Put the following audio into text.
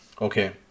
Okay